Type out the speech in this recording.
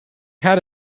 had